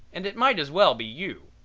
and it might as well be you.